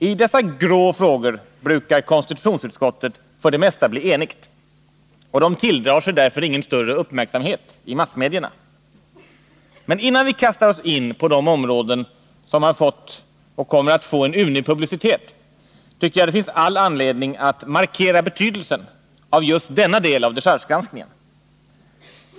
I dessa grå frågor brukar konstitutionsutskottet för det mesta bli enigt, och de tilldrar sig därför ingen större uppmärksamhet i massmedierna. Men innan vi kastar oss in på de områden som både fått och kommer att få en ymnig publicitet tycker jag det finns all anledning att markera betydelsen av just denna del av dechargegranskningen.